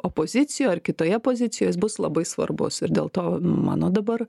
opozicijoj ar kitoje pozicijoje jis bus labai svarbus ir dėl to mano dabar